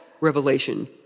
revelation